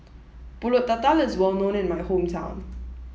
Pulut Tatal is well known in my hometown